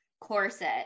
corset